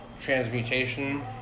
transmutation